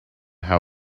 how